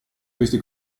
questi